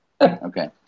Okay